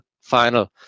final